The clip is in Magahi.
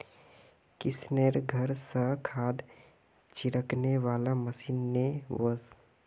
किशनेर घर स खाद छिड़कने वाला मशीन ने वोस